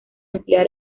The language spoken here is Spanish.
emplear